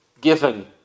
given